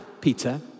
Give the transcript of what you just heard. Peter